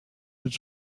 its